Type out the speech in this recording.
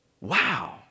Wow